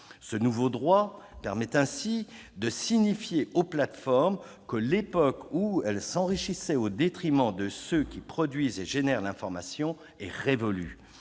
Ce nouveau droit permet alors de signifier aux plateformes que l'époque où elles s'enrichissaient au détriment de ceux qui produisent l'information est révolue.